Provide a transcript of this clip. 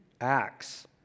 Acts